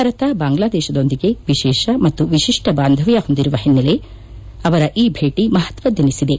ಭಾರತ ಬಾಂಗ್ಲಾದೇಶದೊಂದಿಗೆ ವಿಶೇಷ ಮತ್ತು ವಿಶಿಷ್ಟ ಬಾಂಧವ್ಯ ಹೊಂದಿರುವ ಹಿನ್ನೆಲೆಯಲ್ಲಿ ಅವರ ಈ ಭೇಟಿ ಮಹತ್ತದ್ದೆನಿಸಿದೆ